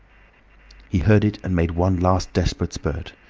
he heard it and made one last desperate spurt.